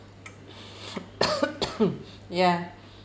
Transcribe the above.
ya